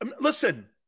listen